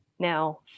Now